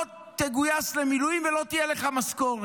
לא תגויס למילואים ולא תהיה לך משכורת.